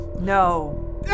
No